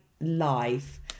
life